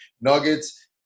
nuggets